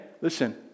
listen